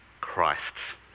Christ